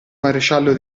maresciallo